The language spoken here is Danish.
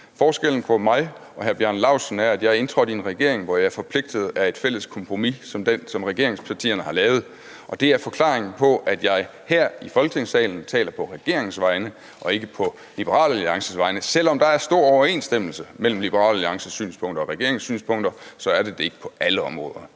Forskellen på mig og hr. Bjarne Laustsen er, at jeg er indtrådt i en regering, hvor jeg er forpligtet af et fælles kompromis, som regeringspartierne har indgået. Det er forklaringen på, at jeg her i Folketingssalen taler på regeringens vegne og ikke på Liberal Alliances vegne. Selv om der er stor overensstemmelse mellem Liberal Alliances synspunkter og regeringens synspunkter, er der det ikke på alle områder.